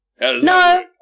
No